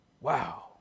Wow